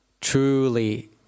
truly